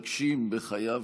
צריך סוג של ביטוח,